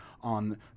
on